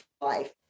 life